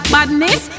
Badness